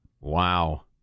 Wow